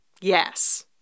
Yes